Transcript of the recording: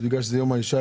בגלל שזה יום האישה,